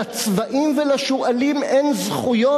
לצבאים ולשועלים אין זכויות?